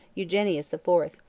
eugenius the fourth.